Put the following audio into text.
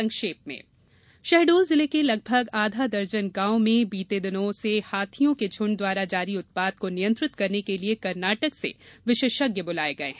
संक्षिप्त समाचार शहडोल जिले के लगभग आधा दर्जन गांव में बीते तीन दिनों से हाथियों के झुण्ड द्वारा जारी उत्पात को नियंत्रित करने के लिए कर्नाटक से विशेषज्ञ बुलाये गये हैं